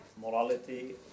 morality